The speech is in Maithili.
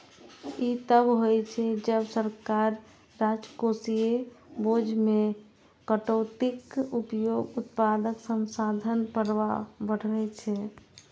ई तब होइ छै, जब सरकार राजकोषीय बोझ मे कटौतीक उपयोग उत्पादक संसाधन प्रवाह बढ़बै छै